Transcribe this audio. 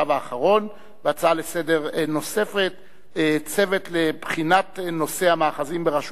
האחרון; הצעה נוספת לסדר-היום היא: צוות לבחינת נושא